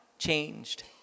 changed